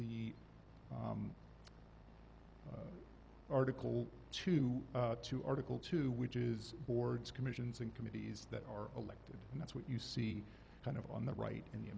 the article two to article two which is boards commissions and committees that are elected and that's what you see kind of on the right in the